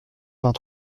vingt